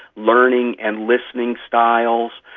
learning and listening styles,